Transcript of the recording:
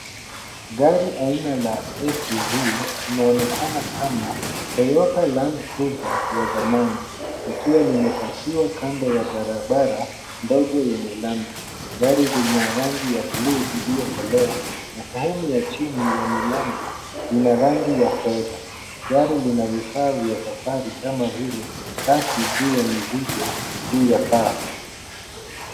Gari aina la SUV inaonekana kama Toyota Land Cruiser ya zamani, likiwa limepakiwa kando ya barabara ndogo yenye lami. Gari lina rangi ya blue iliyokolea, na sehemu ya chini ya milango ina rangi ya fedha. Gari lina vifaa vya safari kama vile, raki juu ya mzigo, juu ya paa.